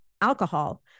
alcohol